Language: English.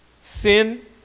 Sin